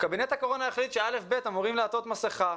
קבינט הקורונה החליט שילדי כיתות א'-ב' אמורים לעטות מסכה.